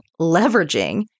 leveraging